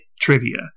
trivia